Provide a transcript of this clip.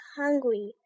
hungry